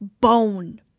bone